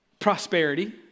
prosperity